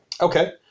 Okay